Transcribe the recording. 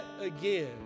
again